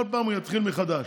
כל פעם הוא יתחיל מחדש.